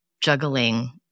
juggling